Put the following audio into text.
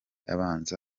abanza